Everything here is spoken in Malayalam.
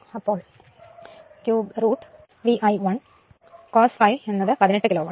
അപ്പോൾ √3 V I 1 cos phi 18 kilo watt